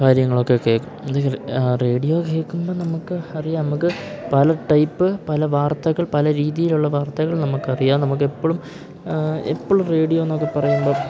കാര്യങ്ങളൊക്കെ കേൾക്കും ഇത് റേഡിയോ കേൾക്കുമ്പോൾ നമുക്ക് അറിയാം നമുക്ക് പല ടൈപ്പ് പല വാർത്തകൾ പല രീതിയിലുള്ള വാർത്തകൾ നമുക്കറിയാം നമുക്കെപ്പോഴും എപ്പോഴും റേഡിയോ എന്നൊക്കെ പറയുമ്പം